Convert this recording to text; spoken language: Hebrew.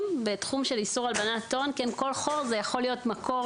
בתחום של איסור הלבנת הון כי כל חור יכול להיות מקור